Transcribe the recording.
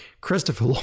Christopher